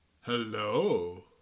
Hello